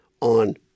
on